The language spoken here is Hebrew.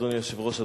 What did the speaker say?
אדוני היושב-ראש,